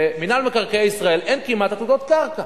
למינהל מקרקעי ישראל אין כמעט עתודות קרקע.